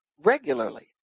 regularly